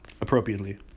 appropriately